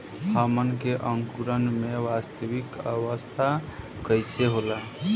हमन के अंकुरण में वानस्पतिक अवस्था कइसे होला?